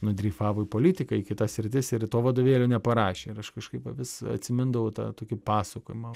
nudreifavo į politiką į kitas sritis ir to vadovėlio neparašė ir aš kažkaip va vis atsimindavau tą tokį pasakojimą